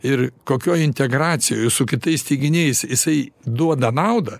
ir kokioj integracijoj su kitais teiginiais jisai duoda naudą